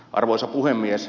arvoisa puhemies